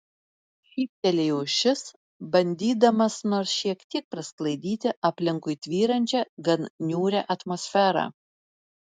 šyptelėjo šis bandydamas nors šiek tiek prasklaidyti aplinkui tvyrančią gan niūrią atmosferą